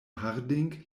harding